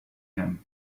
him